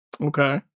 Okay